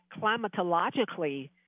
climatologically